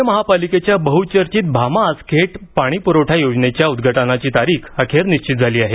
पुणे महापालिकेच्या बहुचर्चित भामा आसखेड पाणीपुरवठा योजनेच्या उद्घाटनाची तारीख अखेर निश्चित झाली आहे